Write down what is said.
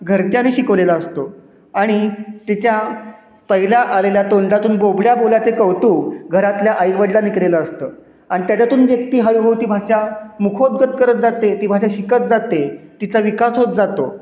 घरच्यांनी शिकवलेला असतो आणि तिच्या पहिल्या आलेल्या तोंडातून बोबड्या बोलाचे कौतुक घरातल्या आईवडिलांनी केलेलं असतं आणि त्याच्यातून व्यक्ती हळूहळू ती भाषा मुखोदगत करत जाते ती भाषा शिकत जाते तिचा विकास होत जातो